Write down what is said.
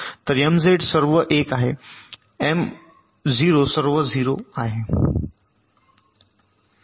तर MZ सर्व 1 आहे M0 सर्व 0 आहे